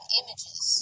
images